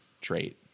trait